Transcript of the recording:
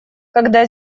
когда